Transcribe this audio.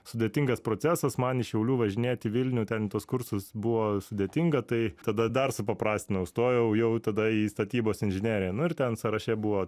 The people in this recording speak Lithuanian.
sudėtingas procesas man iš šiaulių važinėt į vilnių ten tuos kursus buvo sudėtinga tai tada dar supaprastinau stojau jau tada į statybos inžineriją nu ir ten sąraše buvo